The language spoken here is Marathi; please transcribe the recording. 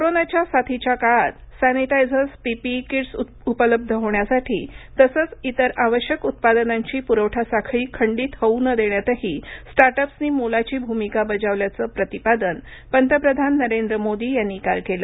कोरोनाच्या साथीच्या काळात सॅनिटायझर्स पीपीई किट्स उपलब्ध होण्यासाठी तसंच इतर आवश्यक उत्पादनांची पुरवठा साखळी खंडित होऊ न देण्यातही स्टार्टअप्सनी मोलाची भूमिका बजावल्याचं प्रतिपादन पंतप्रधान नरेंद्र मोदी यांनी काल केलं